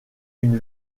une